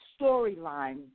storyline